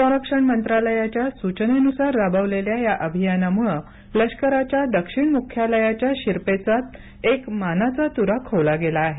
संरक्षण मंत्रालयाच्या सूचनेनुसार राबवलेल्या या अभियानामुळे लष्कराच्या दक्षिण मुख्यालयाच्या शिरपेचात एक मानाचा तुरा खोवला गेला आहे